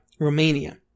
Romania